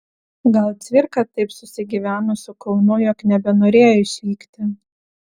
gal cvirka taip susigyveno su kaunu jog nebenorėjo išvykti